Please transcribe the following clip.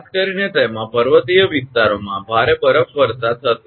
ખાસ કરીને તેમાં પર્વતીય વિસ્તારોમાં ભારે બરફવર્ષા થશે